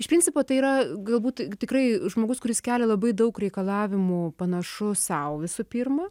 iš principo tai yra galbūt tikrai žmogus kuris kelia labai daug reikalavimų panašių sau visų pirma